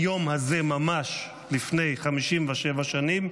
היום הזה ממש לפני 57 שנים,